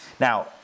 Now